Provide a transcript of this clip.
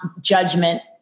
judgment